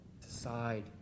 Decide